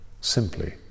simply